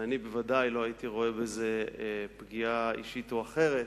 ואני בוודאי לא הייתי רואה בזה פגיעה אישית או אחרת,